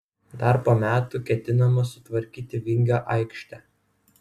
dar po metų ketinama sutvarkyti vingio aikštę